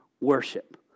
worship